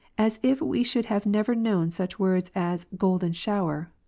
as if we should have never known such words as golden shower,